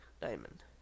diamond